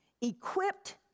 equipped